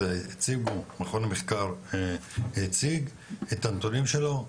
אז מכון המחקר הציג את הנתונים שלו,